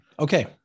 Okay